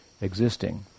existing